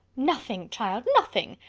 nothing child, nothing.